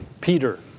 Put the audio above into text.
Peter